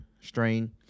strain